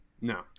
No